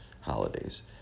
holidays